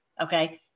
Okay